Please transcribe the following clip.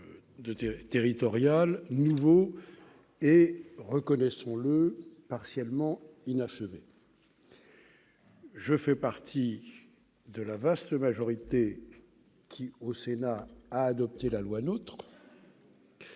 territoriale nouveau et, reconnaissons-le, partiellement inachevé. Je fais partie de la vaste majorité qui, au Sénat, a adopté la loi NOTRe.